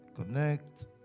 connect